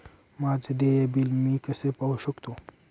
माझे देय बिल मी कसे पाहू शकतो?